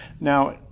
Now